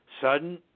sudden